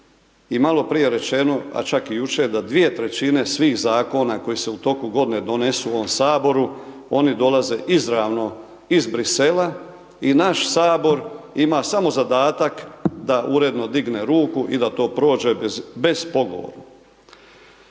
i malo prije rečeno, a čak i jučer da 2/3 svih zakona koji se u toku godine donesu u ovom saboru oni dolaze izravno iz Bruxellesa i naš sabor ima samo zadatak da uredno digne ruku i da to prođe bez pogovora.